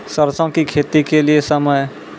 सरसों की खेती के लिए समय?